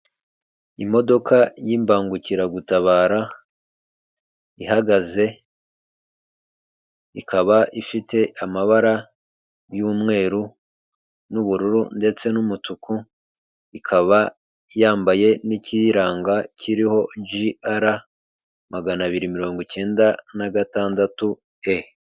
Imodoka y'imbangukiragutabara ihagaze, ikaba ifite amabara y'umweru n'ubururu. ndetse n'umutuku. Ikaba yambaye n'ikiyiranga kiriho jr magana abiri mirongo cyenda na gatandatu e.